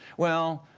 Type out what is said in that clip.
well,